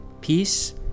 Peace